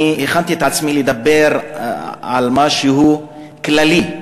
אני הכנתי את עצמי לדבר על משהו כללי,